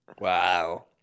wow